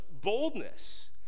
boldness